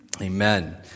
Amen